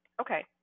Okay